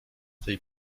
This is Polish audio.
tej